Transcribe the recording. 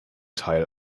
teil